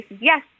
yes